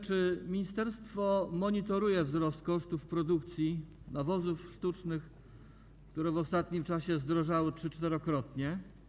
Czy ministerstwo monitoruje wzrost kosztów produkcji nawozów sztucznych, które w ostatnim czasie zdrożały trzy-, czterokrotnie?